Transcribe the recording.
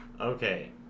Okay